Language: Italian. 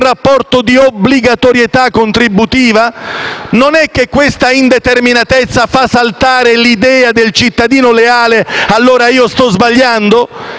rapporto di obbligatorietà contributiva? Non è che questa indeterminatezza fa saltare l'idea del cittadino leale: allora io sto sbagliando?